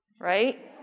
right